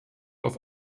auf